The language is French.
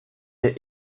est